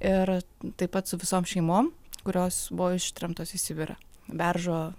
ir taip pat su visom šeimom kurios buvo ištremtos į sibirą beržo